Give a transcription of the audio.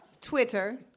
Twitter